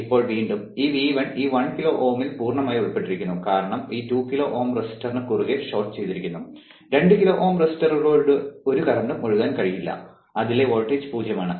ഇപ്പോൾ വീണ്ടും ഈ V1 ഈ 1 കിലോ Ω യിൽ പൂർണ്ണമായി ഉൾപ്പെട്ടിരിക്കുന്നു കാരണം ഈ 2 കിലോ Ω റെസിസ്റ്ററിന് കുറുകെ ഷോർട്ട് ചെയ്തിരിക്കുന്നു 2 കിലോ Ω റെസിസ്റ്ററുകളിലൂടെ ഒരു കറന്റും ഒഴുകാൻ കഴിയില്ല അതിലെ വോൾട്ടേജ് 0 ആണ്